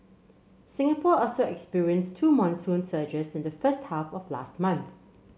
Singapore also experienced two monsoon surges in the first half of last month